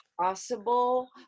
possible